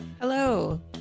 Hello